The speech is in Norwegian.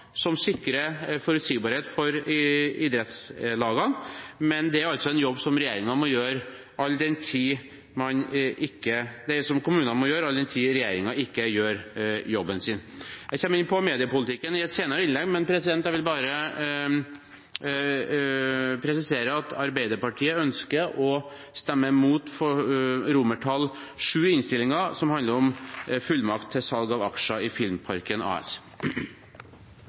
som sikrer forutsigbarhet for idrettslagene. Men det er en jobb som kommunene må gjøre, all den tid regjeringen ikke gjør jobben sin. Jeg kommer inn på mediepolitikken i et senere innlegg. Jeg vil bare presisere at Arbeiderpartiet ønsker å stemme imot VII i innstillingen, som handler om fullmakt til salg av aksjer i Filmparken AS.